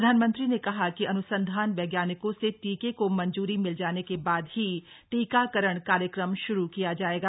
प्रधानमंत्री ने कहा कि अनुसंधान वैज्ञानिकों से टीके को मंजू री मिल जाने के बाद ही टीकाकरण कार्यक्रम शुरू किया जायेगा